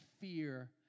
fear